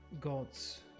gods